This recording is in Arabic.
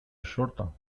الشرطة